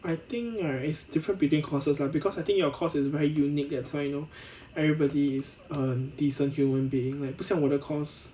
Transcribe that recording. I think like is different between courses lah because I think your course is very unique that kind lor everybody is a decent human being like 不像我的 course